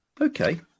Okay